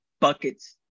buckets